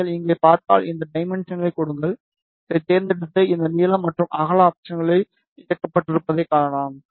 நீங்கள் இங்கே பார்த்தால் இந்த டைமென்ஷன்களை கொடுங்கள் இதைத் தேர்ந்தெடுத்து இந்த நீளம் மற்றும் அகல ஆப்ஷன்கள் இயக்கப்பட்டிருப்பதைக் காணலாம்